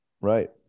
right